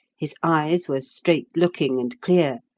his eyes were straight-looking and clear,